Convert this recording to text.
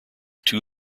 two